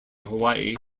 hawaii